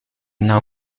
now